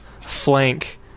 flank